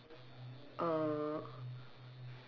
oh